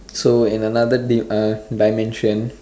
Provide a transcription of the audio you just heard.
so in another di uh dimension